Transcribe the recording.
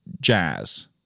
jazz